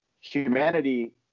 humanity